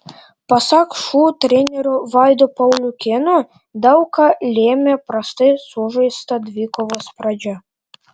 pasak šu trenerio vaido pauliukėno daug ką lėmė prastai sužaista dvikovos pradžia